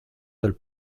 del